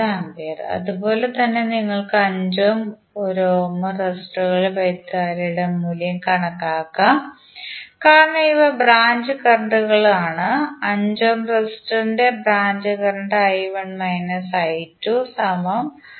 539 A അതുപോലെ തന്നെ നിങ്ങൾക്ക് 5 ഓം 1 ഓം റെസിസ്റ്ററുകളിൽ വൈദ്യുതധാരയുടെ മൂല്യം കണക്കാക്കാം കാരണം ഇവ ബ്രാഞ്ച് കറന്റ് ഉകൾ ആണ് 5 ഓം റെസിസ്റ്റർ ഇന്റെ ബ്രാഞ്ച് കറന്റ് I1 − I2 0